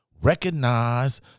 recognize